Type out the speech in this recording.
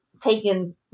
taken